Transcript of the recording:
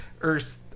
Earth